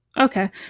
Okay